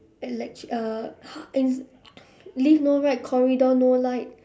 and electric uh lift no light corridor no light